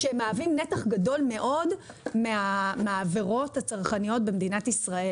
שהם מהווים נתח גדול מאוד מהעבירות הצרכניות במדינת ישראל.